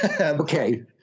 Okay